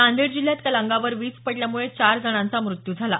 नांदेड जिल्ह्यात काल अंगावर वीज पडल्यामुळे चार जणांचा मृत्यू झाला